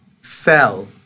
sell